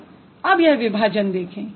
तो अब यह विभाजन देखें